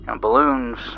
Balloons